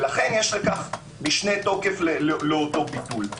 לכן יש משנה תוקף לאותו ביטול.